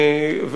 כנראה לא מספיק.